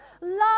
love